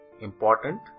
important